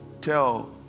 tell